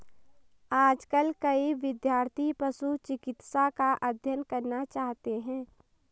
आजकल कई विद्यार्थी पशु चिकित्सा का अध्ययन करना चाहते हैं